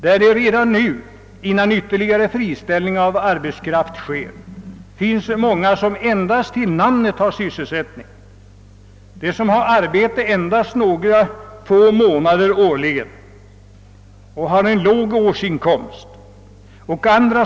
Där finns redan nu, före ytterligare friställning av arbetskraft, många som endast till namnet har sysselsättning. Åtskilliga har arbete endast några få månader årligen, med en låg årsinkomst som följd.